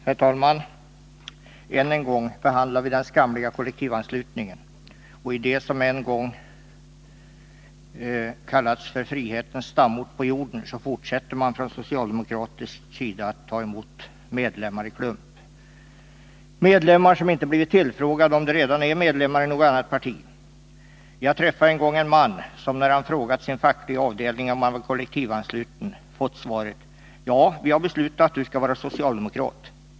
Herr talman! Ännu en gång behandlar vi den skamliga kollektivanslutningen. I det som en gång kallats för frihetens stamort på jorden fortsätter man från socialdemokratisk sida att ta emot medlemmar i klump — medlemmar som inte ens blivit tillfrågade om huruvida de redan är medlemmar i något annat parti. Jag träffade en gång en man som när han hade frågat sin fackliga avdelning om han var kollektivansluten hade fått svaret: Ja, vi har beslutat att du skall vara socialdemokrat.